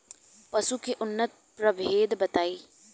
पशु के उन्नत प्रभेद बताई?